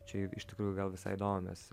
čia iš tikrųjų gal visai įdomios